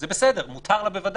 זה בסדר, מותר לה בוודאי.